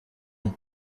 vous